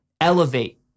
elevate